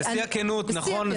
בשיא הכנות נכון,